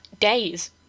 days